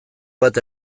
bat